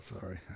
Sorry